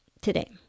today